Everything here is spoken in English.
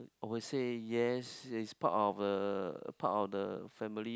I will say yes it's part of a part of the family